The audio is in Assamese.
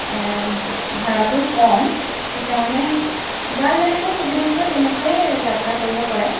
ভাড়াটো কম সেইকাৰণে যাৰ যেনেকৈ সুবিধা হয় তেনেকৈয়ে যাত্ৰা কৰিব পাৰে